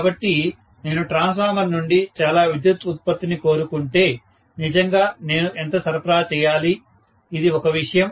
కాబట్టి నేను ట్రాన్స్ఫార్మర్ నుండి చాలా విద్యుత్ ఉత్పత్తిని కోరుకుంటే నిజంగా నేను ఎంత సరఫరా చేయాలి ఇది ఒక విషయం